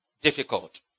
difficult